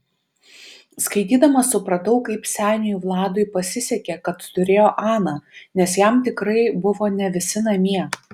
skaitydama supratau kaip seniui vladui pasisekė kad turėjo aną nes jam tikrai buvo ne visi namie